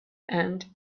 and